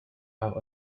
have